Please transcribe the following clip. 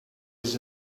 does